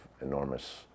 enormous